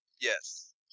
Yes